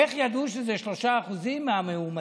איך ידעו שזה 3% מהמאומתים?